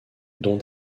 dont